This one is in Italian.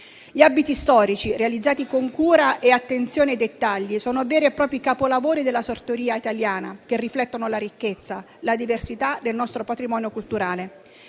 Gli abiti storici, realizzati con cura e attenzione ai dettagli, sono veri e propri capolavori della sartoria italiana che riflettono la ricchezza e la diversità del nostro patrimonio culturale.